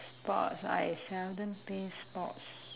sports I seldom play sports